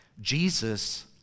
Jesus